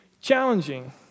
challenging